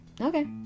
okay